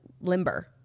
limber